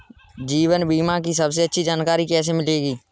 जीवन बीमा की सबसे अच्छी जानकारी कैसे मिलेगी?